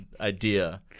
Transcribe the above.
idea